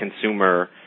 consumer